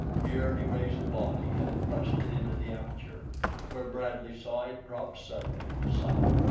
here he raised the body and thrust it into the aperture where bradley saw it drop suddenly from sight.